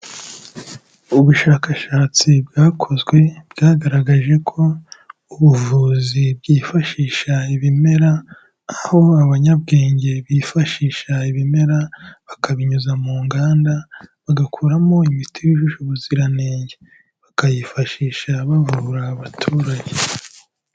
Ubushakashatsi bwakozwe bwagaragaje ko ubuvuzi bwifashisha ibimera, aho abanyabwenge bifashisha ibimera bakabinyuza mu nganda bagakoramo imiti yujuje ubuziranenge bakayifashisha bavura abaturage.